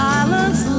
Silence